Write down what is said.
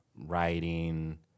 writing